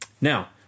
Now